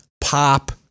Pop